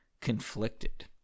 conflicted